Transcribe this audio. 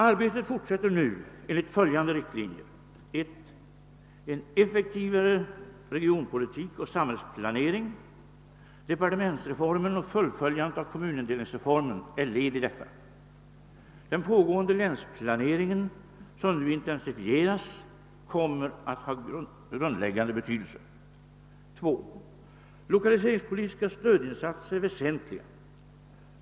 Arbetet fortsätter nu enligt följande riktlinjer. samhällsplanering. Departementsreformen och fullföljandet av kommunindelningsreformen är led i detta. Den pågående länsplaneringen som nu intensifieras kommer att ha grundläggande betydelse. 2. Lokaliseringspolitiska stödinsatser är väsentliga.